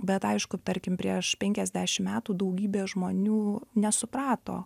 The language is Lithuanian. bet aišku tarkim prieš penkiasdešim metų daugybė žmonių nesuprato